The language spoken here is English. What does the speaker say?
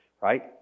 right